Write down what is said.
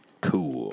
Cool